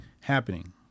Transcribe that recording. happening